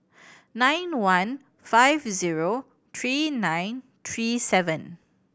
nine one five zero three nine three seven